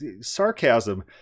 Sarcasm